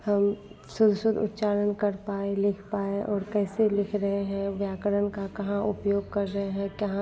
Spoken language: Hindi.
हम शुद्ध शुद्ध उचारण कर पाएँ लिख पाएँ और कैसे लिख रहे हैं व्याकरण का कहाँ उपयोग कर रहे हैं कहाँ